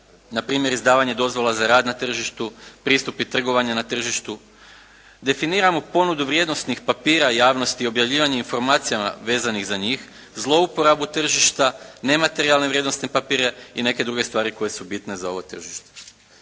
npr. izdavanje dozvola za rad na tržištu, pristup i trgovanje na tržištu, definiramo ponudu vrijednosnih papira javnosti, objavljivanje informacija vezanih za njih, zlouporabu tržišta, nematerijalne vrijednosne papire i neke druge stvari koje su bitne za ovo tržište.